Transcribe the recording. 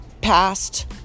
past